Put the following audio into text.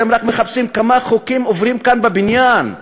אתם רק מחפשים כמה חוקים עוברים כאן בבניין.